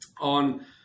on